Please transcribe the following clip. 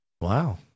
Wow